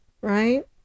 Right